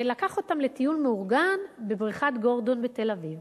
לקח אותם לטיול מאורגן בבריכת "גורדון" בתל-אביב